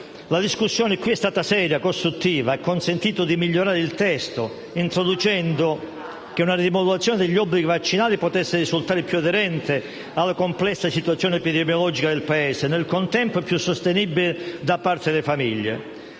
la discussione qui è stata seria e costruttiva ed ha consentito di migliorare il testo *(Commenti dal Gruppo M5S )* stabilendo che una rimodulazione degli obblighi vaccinali possa risultare più aderente alla complessa situazione epidemiologica del Paese e, nel contempo, più sostenibile da parte delle famiglie.